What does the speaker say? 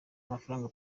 amafaranga